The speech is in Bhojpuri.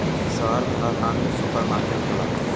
शहर में हर माल में सुपर मार्किट होला